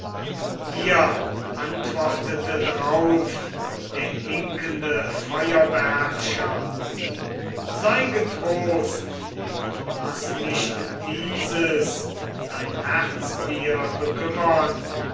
ihr antwortete drauf der hinkende feuerbeherrscher sei getrost und laß nicht dieses dein herz dir bekümmern